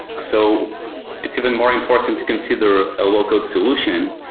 so it's even more important to consider a local solution,